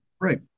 Right